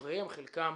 דבריהם חלקם